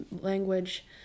language